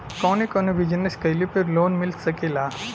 कवने कवने बिजनेस कइले पर लोन मिल सकेला?